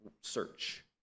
search